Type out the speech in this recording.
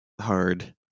hard